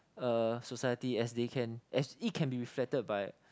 uh society as they can as it can be reflected by